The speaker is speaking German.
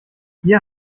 hier